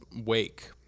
wake